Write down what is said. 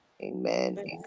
Amen